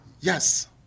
yes